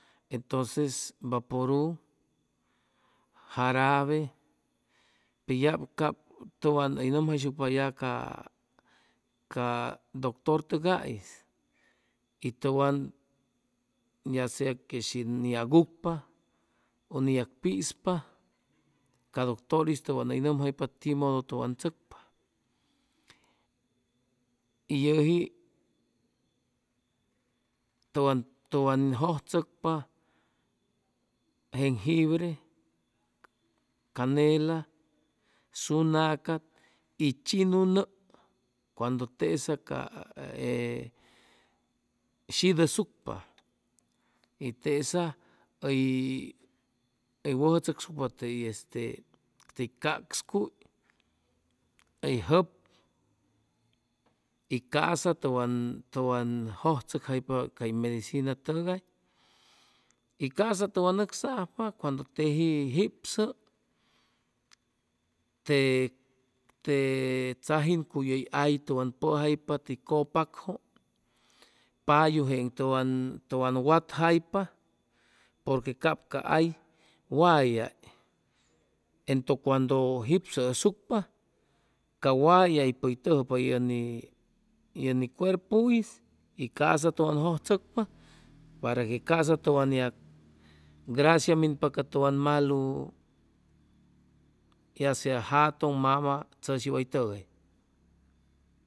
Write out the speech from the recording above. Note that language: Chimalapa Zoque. Entonces vaporu, jarabe, pe ya cap tʉwan hʉy nʉmjayshucpa ya cay ca doctor tʉgais y tʉwan ya se que shin yagugpa u ni yag pizpa ca doctor'is tʉwan ni nʉmjaypa timodo tʉwan tzʉcpa y yʉji tʉwan tʉwan jʉjchʉcpa jenjibre. canela, sunaca y chinu nʉʉ cuando tesa ca e shidʉsucpa y tesa hʉy hʉy wʉjʉ tzʉcsucpa tey este te caqscuy hʉy jʉb y ca'sa tʉwan tʉwan jʉjchʉcjaypa cay medicina tʉgay y ca'sa tʉwan nʉcsajpa cuando teji jipsʉ te te tzajin cuy hʉy hay tʉwan pʉjaypa tey cʉpakjʉ payu jeŋ tʉwan tʉwan watjaypa porque cap ca hay wayay entʉ cuando jipsʉ asucpa ca wayaypʉ hʉy tʉjʉpa yʉ ni yʉ ni cuerpu'is y ca'sa tʉwan jʉjchʉcpa para que ca'sa tʉwan yag gracia minpa ca tʉwan malu ya sea jatʉŋ, mam, tzʉshi way tʉgay